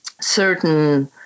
certain